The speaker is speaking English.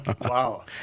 Wow